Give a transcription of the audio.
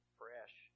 fresh